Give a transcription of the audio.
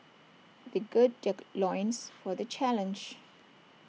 they gird their loins for the challenge